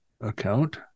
account